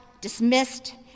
dismissed